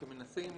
שמנסים